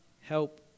help